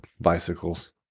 bicycles